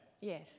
Yes